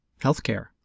healthcare